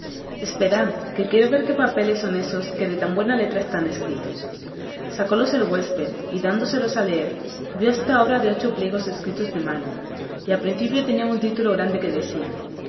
esperad que quiero ver qué papeles son esos que de tan buena letra están escritos sacólos el huésped y dándoselos a leer vio hasta obra de ocho pliegos escritos de mano y al principio tenían un título grande que decía